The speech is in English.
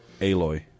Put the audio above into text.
Aloy